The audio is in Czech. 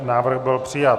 Návrh byl přijat.